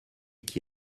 qui